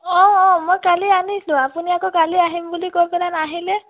অঁ অঁ মই কালি আনিলোঁ আপুনি আকৌ কালি আহিম বুলি কৈ পেলাই নাহিলে